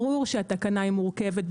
ברור שהתקנה מורכבת,